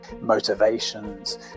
motivations